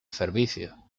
servicio